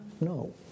No